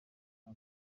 two